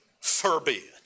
forbid